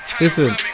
listen